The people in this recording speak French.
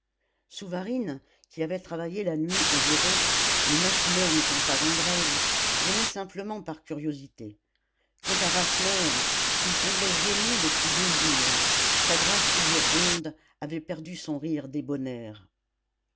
souvarine qui avait travaillé la nuit au voreux les machineurs n'étant pas en grève venait simplement par curiosité quant à rasseneur il semblait gêné depuis deux jours sa grasse figure ronde avait perdu son rire